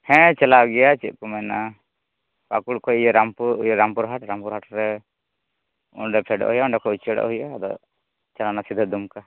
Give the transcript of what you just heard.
ᱦᱮᱸ ᱪᱟᱞᱟᱣ ᱜᱮᱭᱟ ᱪᱮᱫ ᱠᱚ ᱢᱮᱱᱟ ᱯᱟᱠᱩᱲ ᱠᱷᱚᱱ ᱤᱭᱟᱹ ᱨᱟᱢᱯᱩᱨ ᱨᱟᱢᱯᱩᱨᱦᱟᱴ ᱨᱟᱢᱯᱩᱨᱦᱟᱴ ᱨᱮ ᱚᱸᱰᱮ ᱯᱷᱮᱰᱚᱜ ᱦᱩᱭᱩᱜᱼᱟ ᱚᱸᱰᱮ ᱠᱷᱚᱡ ᱩᱪᱟᱹᱲᱚᱜ ᱦᱩᱭᱩᱜᱼᱟ ᱟᱫᱚ ᱪᱟᱞᱟᱣ ᱮᱱᱟ ᱥᱤᱫᱟᱹ ᱫᱩᱢᱠᱟ